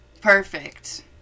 Perfect